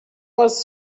was